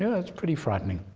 yeah that's pretty frightening.